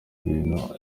ibintu